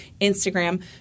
Instagram